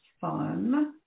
fun